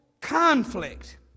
conflict